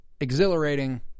exhilarating